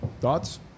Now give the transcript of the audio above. Thoughts